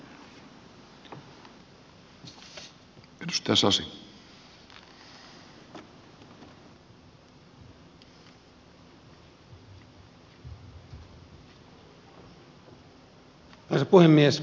arvoisa puhemies